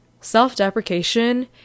Self-deprecation